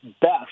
best